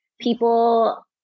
people